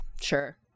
Sure